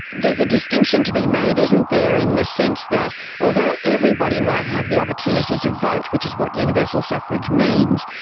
there's a distinction to be made, isn't there, in the sense that although everybody might have the opportunity to vote, which is what universal suffrage means,